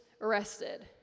arrested